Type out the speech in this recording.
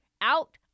out